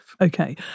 Okay